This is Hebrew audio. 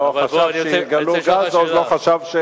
לא חשב שיגלו גז ולא חשב,